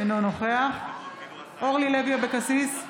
אינו נוכח אורלי לוי אבקסיס,